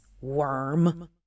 worm